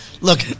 look